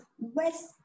West